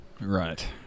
Right